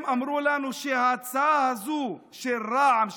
הם אמרו לנו שההצעה הזו של רע"מ,